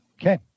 Okay